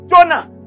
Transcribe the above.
Jonah